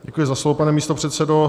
Děkuji za slovo, pane místopředsedo.